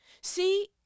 See